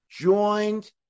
joined